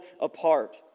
apart